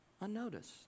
Unnoticed